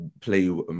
play